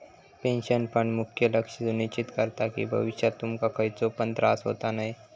pension fund मुख्य लक्ष सुनिश्चित करता कि भविष्यात तुमका खयचो पण त्रास होता नये